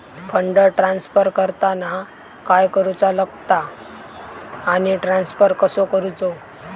Fund transfer करताना काय करुचा लगता आनी ट्रान्स्फर कसो करूचो?